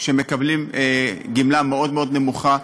שמקבלים גמלה מאוד מאוד נמוכה.